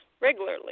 regularly